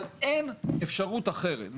אבל אין אפשרות אחרת.